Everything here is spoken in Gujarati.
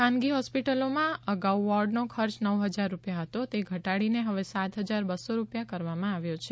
ખાનગી હોસ્પિટલોમાં અગાઉ વોર્ડનો ખર્ચ નવ ફજાર રૂપિયા હતો તે ઘટાડીને હવે સાત હજાર બસો રૂપિયા કરવામાં આવ્યો છે